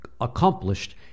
accomplished